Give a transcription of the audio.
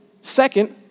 second